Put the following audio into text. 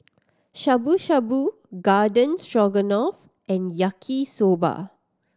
Shabu Shabu Garden Stroganoff and Yaki Soba